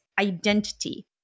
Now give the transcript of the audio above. identity